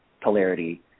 polarity